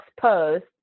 post